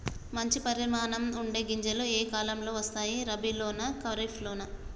మంచి పరిమాణం ఉండే గింజలు ఏ కాలం లో వస్తాయి? రబీ లోనా? ఖరీఫ్ లోనా?